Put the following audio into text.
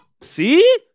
see